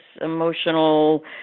emotional